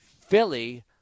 Philly